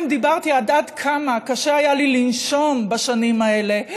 אם דיברתי על עד כמה היה קשה לי לנשום בשנים האלה,